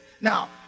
Now